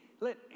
let